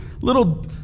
little